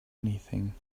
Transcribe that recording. anything